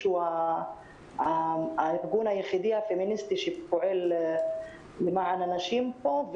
שהוא הארגון הפמיניסטי היחיד שפועל למען הנשים פה.